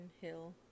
Hill